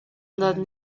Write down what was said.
than